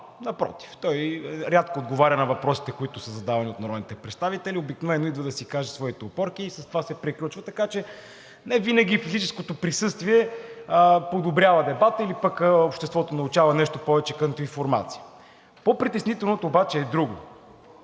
Напротив, той рядко отговаря на въпросите, които са задавани от народните представители. Обикновено идва да си каже своите опорки и с това се приключва. Така че невинаги физическото присъствие подобрява дебата или пък обществото научава нещо повече като информация. По-притеснителното обаче е друго.